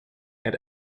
and